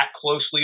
closely